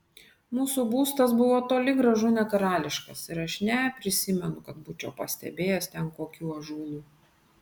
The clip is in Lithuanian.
mūsų būstas buvo toli gražu ne karališkas ir aš neprisimenu kad būčiau pastebėjęs ten kokių ąžuolų